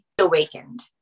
awakened